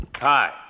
Hi